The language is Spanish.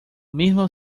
mismo